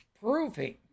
proving